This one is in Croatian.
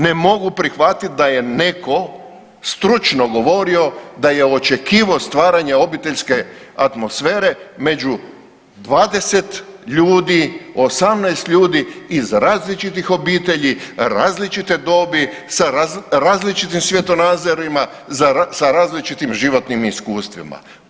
Ne mogu prihvatiti da je netko stručno govorio da je očekivao stvaranje obiteljske atmosfere među 20 ljudi, 18 ljudi iz različitih obitelji, različite dobi, sa različitim svjetonazorima, sa različitim životnim iskustvima.